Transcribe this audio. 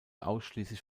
ausschließlich